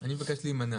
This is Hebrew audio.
הצבעה